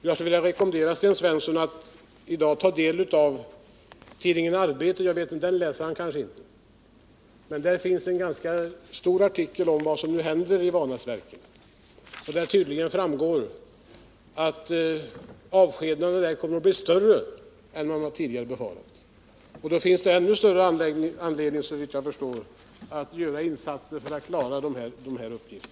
Jag skulle vilja rekommendera Sten Svensson att i dag ta del av vad tidningen Arbetet skriver — jag vet inte om han läser den tidningen — för där finns en ganska utförlig artikel om vad som händer i Vanäsverken. Av artikeln framgår att avskedandena där tydligen kommer att bli mer omfattande än man tidigare befarat. Då finns det ännu större anledning, såvitt jag förstår, att göra insatser för att klara dessa uppgifter.